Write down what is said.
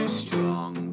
strong